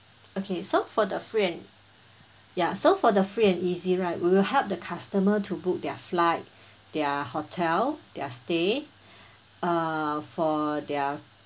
okay so for the free and ya so for the free and easy right we will help the customer to book their flight their hotel their stay uh for their